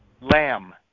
lamb